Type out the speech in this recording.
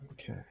Okay